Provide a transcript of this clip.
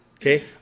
Okay